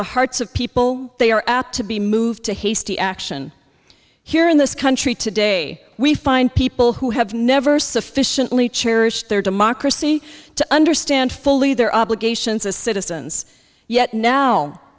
the hearts of people they are apt to be moved to hasty action here in this country today we find people who have never sufficiently cherished their democracy to understand fully their obligations as citizens yet now